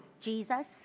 Jesus